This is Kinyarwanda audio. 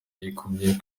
yikubye